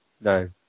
No